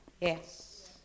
Yes